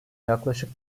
yaklaşık